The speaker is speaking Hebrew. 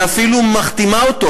ואפילו מחתימה אותו,